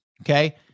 okay